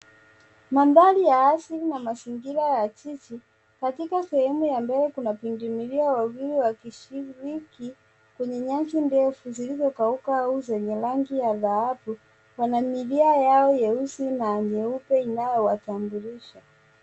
Mandhari ya asili na mazingira ya jiji. Katika sehemu ya mbele kuna pundamilia wawili wakishiriki kwenye nyasi ndefu zilizokauka au zenye rangi ya dhahabu . Wana milia yao nyeusi na nyeupe inayowatambulisha.